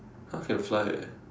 !huh! can fly eh